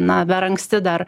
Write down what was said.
na per anksti dar